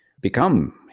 become